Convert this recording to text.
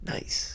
Nice